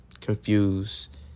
confused